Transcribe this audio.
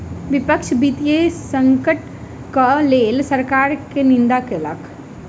विपक्ष वित्तीय संकटक लेल सरकार के निंदा केलक